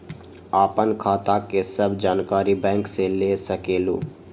आपन खाता के सब जानकारी बैंक से ले सकेलु?